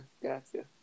gotcha